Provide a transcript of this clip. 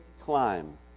climb